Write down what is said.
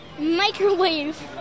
Microwave